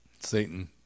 Satan